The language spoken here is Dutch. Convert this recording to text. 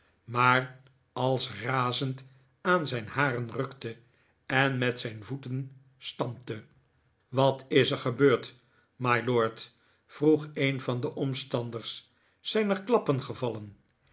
maar als razend aan zijn haren rukte en met zijn voeten stampte wat is er gebeurd mylord vroeg een van de omstanders zijn er klappen gevallen